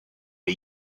are